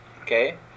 Okay